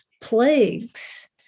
plagues